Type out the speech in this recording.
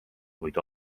kuid